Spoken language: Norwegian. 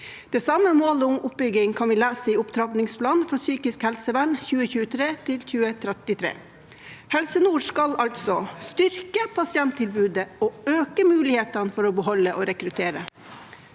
Det samme målet om oppbygging kan vi lese om i opptrappingsplanen for psykisk helsevern for 2023–2033. Helse nord skal altså styrke pasienttilbudet og øke mulighetene for å beholde og rekruttere